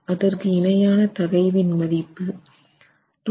அதற்கு இணையான தகைவின் மதிப்பு 217